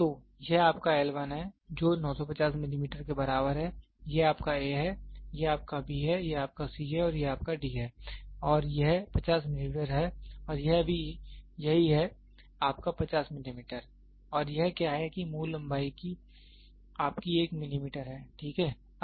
तो यह आपका L 1 है जो 950 मिलीमीटर के बराबर है यह आपका a है यह आपका b है यह आपका c है और यह आपका d है और यह 50 मिलीमीटर है और यह भी यही है आपका 50 मिलीमीटर और यह क्या है कि मूल लंबाई की आपकी 1 मिलीमीटर है ठीक है